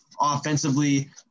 offensively